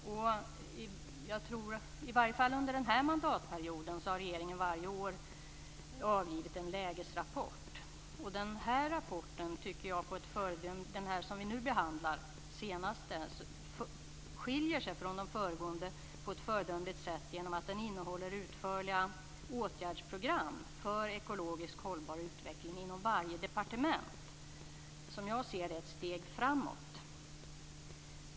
Regeringen har varje år, i alla fall under den här mandatperioden, avgivit en lägesrapport. Den senaste som vi nu behandlar skiljer sig från de föregående på ett föredömligt sätt genom att den innehåller utförliga åtgärdsprogram för ekologiskt hållbar utveckling inom varje departement. Som jag ser det är det ett steg framåt.